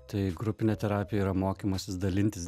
tai grupinė terapija yra mokymasis dalintis